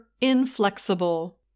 inflexible